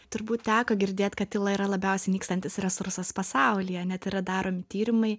turbūt teko girdėt kad tyla yra labiausiai nykstantis resursas pasaulyje net yra daromi tyrimai